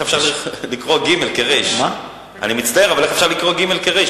אני מצטער, אבל איך אפשר לקרוא גימ"ל כרי"ש?